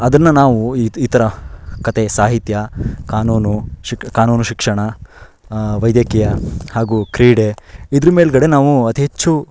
ಅದನ್ನು ನಾವು ಈತ್ ಈ ಥರ ಕತೆ ಸಾಹಿತ್ಯ ಕಾನೂನು ಶಿಕ್ ಕಾನೂನು ಶಿಕ್ಷಣ ವೈದ್ಯಕೀಯ ಹಾಗೂ ಕ್ರೀಡೆ ಇದ್ರ ಮೇಲುಗಡೆ ನಾವು ಅತಿ ಹೆಚ್ಚು